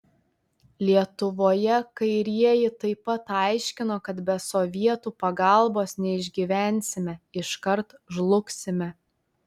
lietuvoje kairieji taip pat aiškino kad be sovietų pagalbos neišgyvensime iškart žlugsime